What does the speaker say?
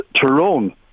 Tyrone